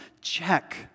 Check